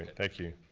and thank you.